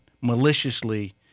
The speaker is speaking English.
maliciously